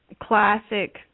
classic